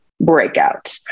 breakout